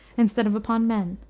instead of upon men.